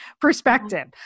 perspective